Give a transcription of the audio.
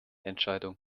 entscheidung